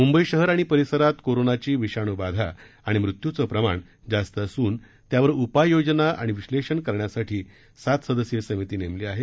मुंबई शहर आणि परिसरात कोरोनाची विषाणूबाधा आणि मृत्यूचे प्रमाण जास्त असून त्यावर उपाययोजना आणि विश्लेषण करण्यासाठी सात सदस्यीय समिती नेमण्यात आली आहे